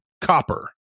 copper